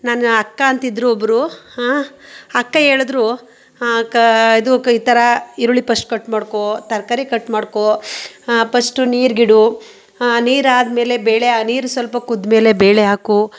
ನನ್ನ ಅಕ್ಕ ಅಂತಿದ್ರು ಒಬ್ಬರು ಅಕ್ಕ ಹೇಳಿದ್ರು ಕ ಇದು ಈ ಥರ ಈರುಳ್ಳಿ ಫಸ್ಟ್ ಕಟ್ ಮಾಡ್ಕೊ ತರಕಾರಿ ಕಟ್ ಮಾಡ್ಕೋ ಫಸ್ಟ್ ನೀರಿಗಿಡು ನೀರು ಆದ್ಮೇಲೆ ಬೇಳೆ ಆ ನೀರು ಸ್ವಲ್ಪ ಕುದ್ದ ಮೇಲೆ ಬೇಳೆ ಹಾಕು